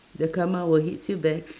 the karma will hits you back